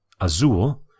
Azul